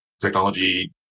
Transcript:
Technology